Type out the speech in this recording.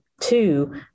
two